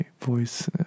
voice